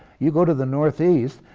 you go to the northeast,